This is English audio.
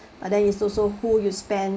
but then is also who you spend